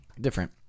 different